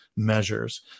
measures